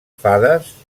fades